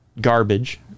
garbage